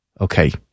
Okay